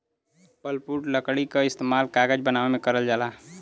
pulpwood लकड़ी क इस्तेमाल कागज बनावे में करल जाला